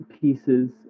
pieces